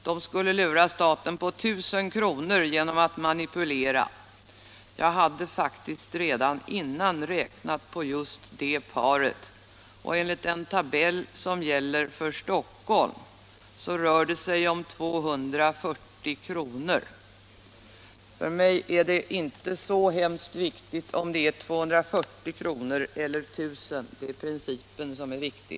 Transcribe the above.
Vi kan säga att det i detta fall gäller mina lanthandlare, eftersom jag faktiskt redan har räknat på just det exemplet. Enligt den tabell som gäller för Stockholm rör det sig om 240 kr. Men, för mig är det inte så viktigt om det är fråga om 240 eller 1000 kr. — det är principen som är väsentlig.